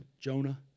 Jonah